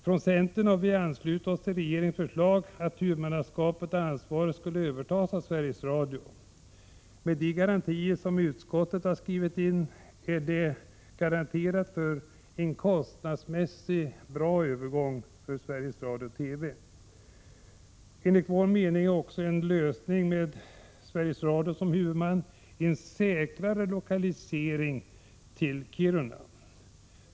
Från centern har vi anslutit oss till regeringens förslag att huvudmannaskapet och ansvaret skall övertas av Sveriges Radio. Med de garantier som utskottet har skrivit in finns det garantier för en kostnadsmässigt bra övergång för Sveriges Radio/TV. Enligt vår mening innebär också en lösning med Sveriges Radio som huvudman en säkrare lokalisering till Kiruna.